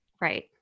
Right